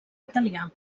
italià